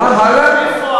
מה הלאה?